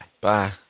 Bye